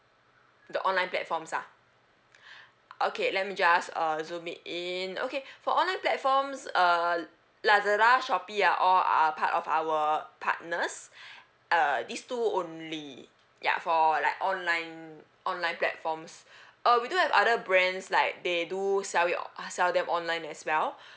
the online platforms ah okay let me just uh zoom it in okay for online platforms uh lazada shopee are all uh part of our partners uh this two only ya for like online online platforms uh we do have other brands like they do sell it sell them online as well